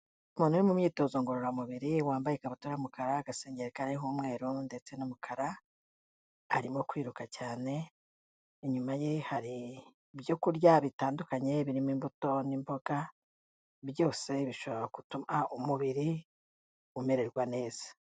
Umuntu uri mu myitozo ngororamubiri wambaye ikabutura y'umukara, agasengeri kariho umweru ndetse n'umukara, arimo kwiruka cyane, inyuma ye hari ibyo kurya bitandukanye birimo imbuto n'imboga, byose bishobora gutuma umubiri umererwa neza.